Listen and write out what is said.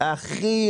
הכי